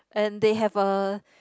and they have a